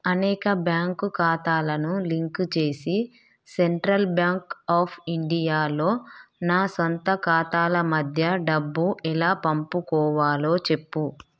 అనేక బ్యాంకు ఖాతాలను లింక్ చేసి సెంట్రల్ బ్యాంక్ ఆఫ్ ఇండియాలో నా సొంత ఖాతాల మధ్య డబ్బు ఎలా పంపుకోవాలో చెప్పు